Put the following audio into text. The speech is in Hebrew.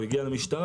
הוא הגיע למשטרה,